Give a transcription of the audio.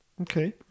Okay